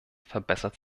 verbessert